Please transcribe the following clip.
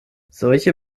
solche